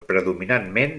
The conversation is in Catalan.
predominantment